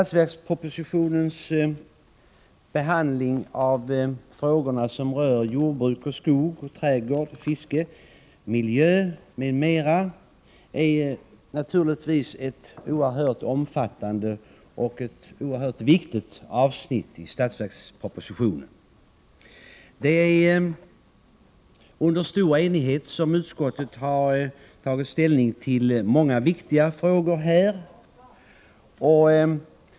Herr talman! De frågor som rör jordbruk, skog, trädgård, fiske, miljö, m.m. är naturligtvis ett oerhört omfattande och viktigt avsnitt i budgetpropositionen. Det är under stor enighet som utskottet har tagit ställning till många av dessa viktiga frågor.